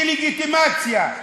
דה-לגיטימציה.